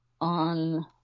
on